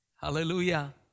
Hallelujah